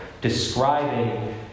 describing